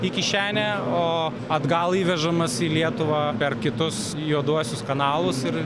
į kišenę o atgal įvežamas į lietuvą per kitus juoduosius kanalus ir